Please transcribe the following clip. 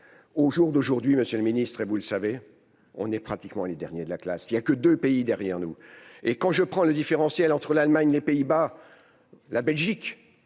au jour d'aujourd'hui, monsieur le ministre, et vous le savez, on est pratiquement les derniers de la classe, il y a que 2 pays derrière nous et quand je prends le différentiel entre l'Allemagne, les Pays-Bas, la Belgique,